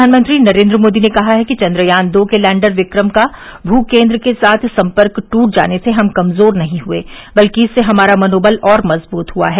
प्रधानमंत्री नरेन्द्र मोदी ने कहा है कि चन्द्रयान दो के लैंडर विक्रम का भू केन्द्र के साथ संपर्क टूट जाने से हम कमजोर नहीं हुए बल्कि इससे हमारा मनोबल और मजबूत हुआ है